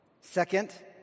Second